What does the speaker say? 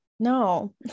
No